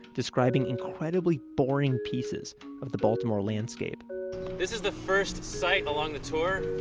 describing incredibly boring pieces of the baltimore landscape this is the first site along the tour.